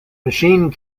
machine